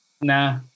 nah